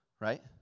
Right